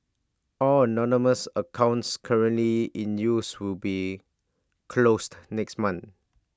all anonymous accounts currently in use will be closed next month